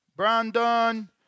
Brandon